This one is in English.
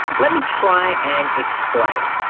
let me try and explain.